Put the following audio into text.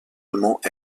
allemand